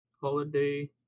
holiday